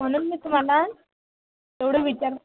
म्हणून मी तुम्हाला एवढं विचार